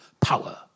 power